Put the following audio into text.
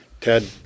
Ted